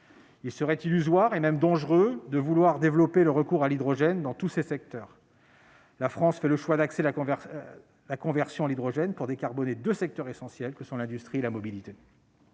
il serait illusoire, et même dangereux, de vouloir développer le recours à l'hydrogène dans tous les secteurs. La France fait le choix d'axer la conversion à l'hydrogène pour décarboner deux secteurs essentiels : l'industrie et la mobilité.